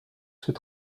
ces